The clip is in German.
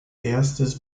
erstes